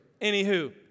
Anywho